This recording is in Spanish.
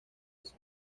eso